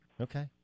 okay